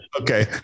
okay